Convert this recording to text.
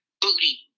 booty